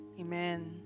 Amen